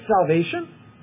salvation